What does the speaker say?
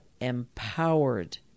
empowered